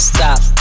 Stop